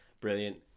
Brilliant